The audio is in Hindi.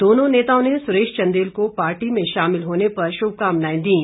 दोनों नेताओं ने सुरेश चंदेल को पार्टी में शामिल होने पर शुभकामनाएं दीं